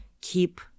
keep